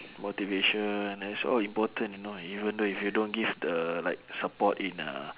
motivation that's all important you know even though if you don't give the like support in a